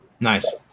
Nice